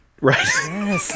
right